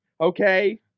Okay